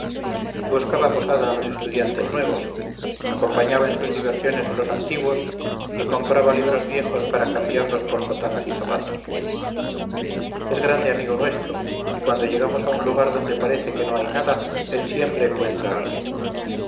buscaba posada a los estudiantes nuevos acompañaba en sus diversiones a los antiguos y compraba libros viejos para cambiarlos por sotanas y zapatos es grande amigo nuestro y cuando llegamos a un lugar donde parece que no hay nada él siempre encuentra algo